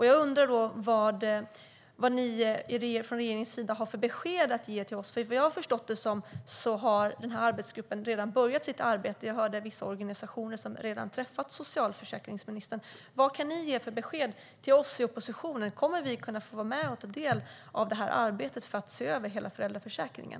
Jag undrar då vad regeringen har för besked att ge till oss. Som jag har förstått det har arbetsgruppen redan börjat sitt arbete. Jag har hört att vissa organisationer redan har träffat socialförsäkringsministern. Vad kan ni ge för besked till oss i oppositionen? Kommer vi att få vara med och ta del i arbetet med att se över hela föräldraförsäkringen?